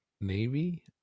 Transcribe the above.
Navy